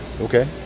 okay